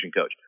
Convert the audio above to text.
coach